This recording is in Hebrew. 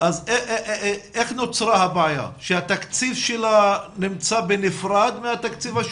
אז איך נוצרה הבעיה שהתקציב שלה נמצא בנפרד מהתקציב השוטף?